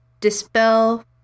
dispel